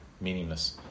meaningless